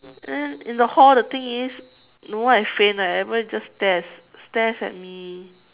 ya and in the hall the thing is no one has faint right everyone just stares stares at me